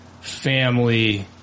family